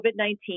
COVID-19